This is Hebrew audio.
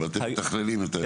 אבל אתם מתכללים את האירוע.